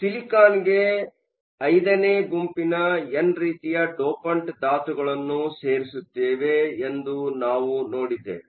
ಸಿಲಿಕಾನ್ಗೆ V ನೇ ಗುಂಪಿನ N ರೀತಿಯ ಡೋಪಂಟ್ ಧಾತುಗಳನ್ನು ಸೇರಿಸುತ್ತೇವೆ ಎಂದು ನಾವು ನೋಡಿದ್ದೇವೆ